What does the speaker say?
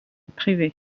privé